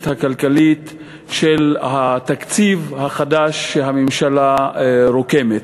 הכלכלית של התקציב החדש שהממשלה רוקמת.